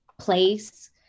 place